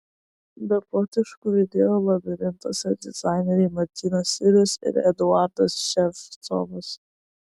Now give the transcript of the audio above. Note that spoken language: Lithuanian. beprotiškų idėjų labirintuose dizaineriai martynas sirius ir eduardas ševcovas